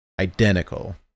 identical